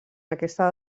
aquesta